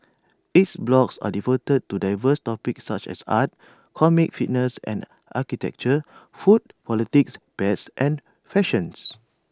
its blogs are devoted to diverse topics such as art comics fitness and architecture food politics pets and fashions